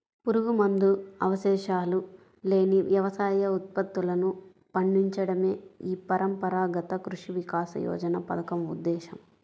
పురుగుమందు అవశేషాలు లేని వ్యవసాయ ఉత్పత్తులను పండించడమే ఈ పరంపరాగత కృషి వికాస యోజన పథకం ఉద్దేశ్యం